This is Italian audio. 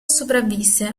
sopravvisse